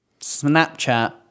Snapchat